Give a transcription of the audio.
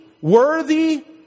Worthy